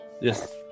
yes